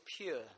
pure